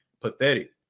pathetic